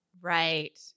Right